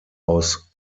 aus